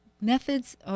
methods